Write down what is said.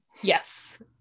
Yes